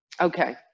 Okay